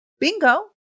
Bingo